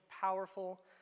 powerful